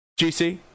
gc